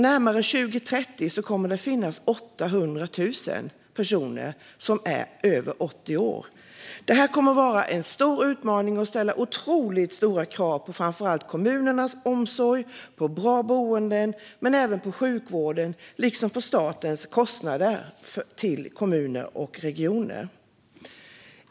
Närmare 2030 kommer det alltså att finnas över 800 000 personer som är över 80 år. Detta kommer att vara en stor utmaning, och det kommer att ställa otroligt stora krav på framför allt kommunernas omsorg och boenden men även på sjukvården och statens kostnader för kommuner och regioner.